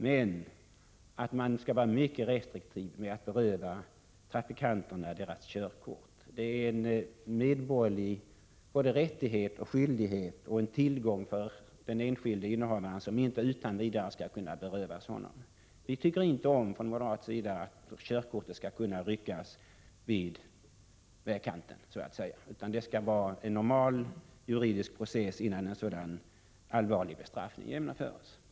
Men man skall vara mycket restriktiv med att beröva trafikanterna deras körkort. Det är en medborgerlig både rättighet och skyldighet, och en tillgång för den enskilde innehavaren, som inte utan vidare skall kunna berövas honom. Vi från moderat sida tycker inte om att körkortet skall kunna ”ryckas vid vägkanten”. Det skall vara en normal juridisk process innan en så allvarlig bestraffning som indragning av körkort genomförs.